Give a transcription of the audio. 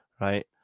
right